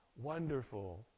Wonderful